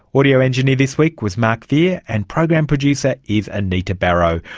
audio engineer this week was mark vear, and program producer is anita barraud.